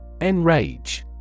Enrage